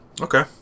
Okay